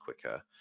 quicker